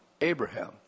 Abraham